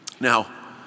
Now